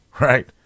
Right